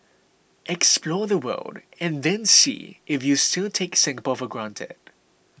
explore the world and then see if you still take Singapore for granted